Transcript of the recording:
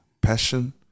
passion